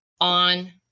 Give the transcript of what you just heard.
on